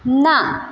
ના